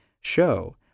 show